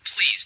Please